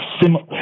similar